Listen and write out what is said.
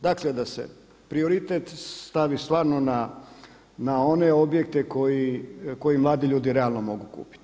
Dakle da se prioritet stavi stvarno na one objekte koje mladi ljudi realno mogu kupiti.